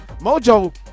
Mojo